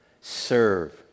Serve